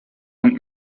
und